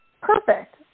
perfect